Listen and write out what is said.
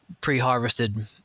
pre-harvested